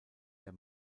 der